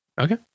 Okay